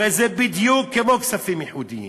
הרי זה בדיוק כמו כספים ייחודיים.